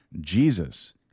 Jesus